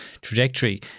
trajectory